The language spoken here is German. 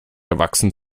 erwachsen